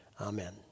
Amen